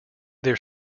their